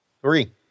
Three